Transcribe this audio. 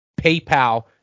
PayPal